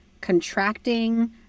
contracting